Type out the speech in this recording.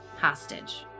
hostage